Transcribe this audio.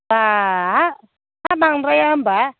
बाह हा बांद्राया होनबा